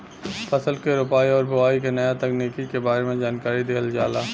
फसल के रोपाई आउर बोआई के नया तकनीकी के बारे में जानकारी दिहल जाला